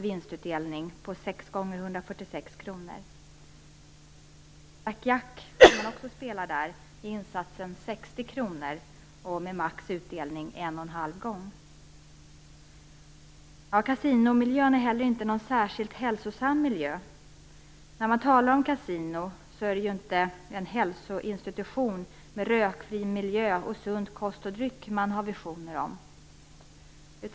I blackjack, som man också brukar kunna spela där, är insatsen 60 kr med maximal utdelning en och en halv gång. Kasinomiljön är heller inte en särskilt hälsosam miljö. När man talar om kasinon är det inte en hälsoinstitution med rökfri miljö och sund kost och dryck man har visioner om.